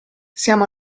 siamo